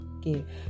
give